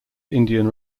indian